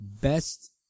Best